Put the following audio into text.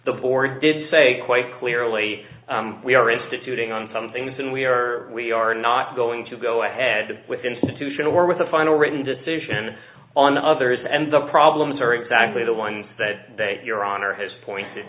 the board didn't say quite clearly we are instituting on some things and we are we are not going to go ahead with institution or with a final written decision on others and the problems are exactly the ones that your honor has pointed